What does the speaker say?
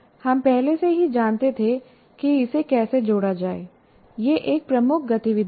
हम पहले से ही जानते थे कि इसे कैसे जोड़ा जाए यह एक प्रमुख गतिविधि है